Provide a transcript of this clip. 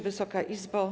Wysoka Izbo!